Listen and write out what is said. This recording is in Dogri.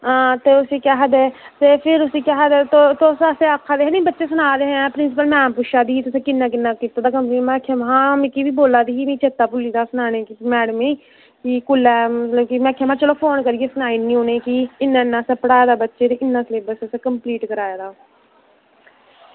आं ते उसी केह् आक्खदे ते फिर उसी केह् आक्खदे ते तुस उसी आक्खदे नी की बच्चे सनादे हे की तुंदा नांऽ पुच्छा दी की बच्चें किन्ना किन्ना कीते दा में आक्खेआ आं मिगी बी बोला दी ही मिगी चेता भुल्ली दा हा सनाने ई इसी मैडमें गी की कोलै में आक्खेआ में हां फोन करियै सुनाई ओड़नी आं उनेंगी इन्ना इन्ना पढ़ाये दा बच्चे गी ते इन्ना इन्ना सिलेब्स असें पढ़ाये दा बच्चें गी